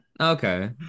Okay